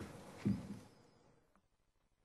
חברת "גליל